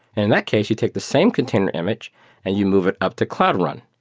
in that case, you take the same container image and you move it up to cloud run.